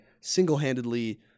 single-handedly